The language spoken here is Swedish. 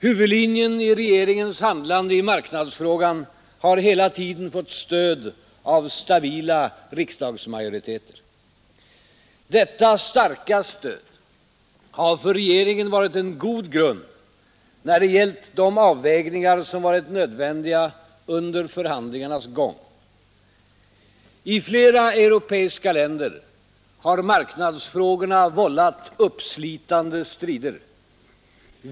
Huvudlinjen i regeringens handlande i marknadsfrågan har hela tiden fått stöd av stabila riksdagsmajoriteter. Detta starka stöd har för regeringen varit en god grund när det gällt de avvägningar som varit nödvändiga under förhandlingarnas gång. I flera europeiska länder har marknadsfrågorna vållat uppslitande strider.